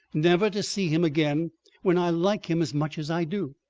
never to see him again when i like him as much as i do.